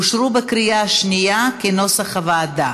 אושרו בקריאה שנייה כנוסח הוועדה.